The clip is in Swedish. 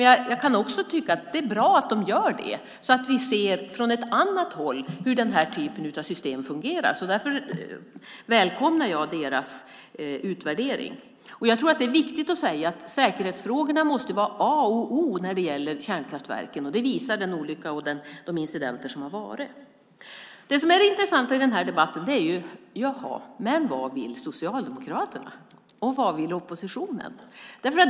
Jag kan också tycka att det är bra att de gör det, så att vi ser från ett annat håll hur den här typen av system fungerar. Därför välkomnar jag deras utvärdering. Jag tror att det är viktigt att säga att säkerhetsfrågorna måste vara A och O när det gäller kärnkraftverken. Det visar den olycka och de incidenter som har varit. Det som är det intressanta i den här debatten är ju vad Socialdemokraterna vill och vad oppositionen vill.